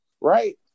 Right